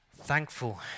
thankful